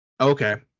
Okay